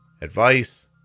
advice